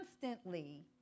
constantly